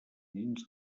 dins